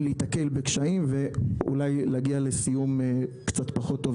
להיתקל בקשיים ואולי להגיע לסיום קצת פחות טוב,